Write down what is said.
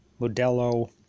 Modelo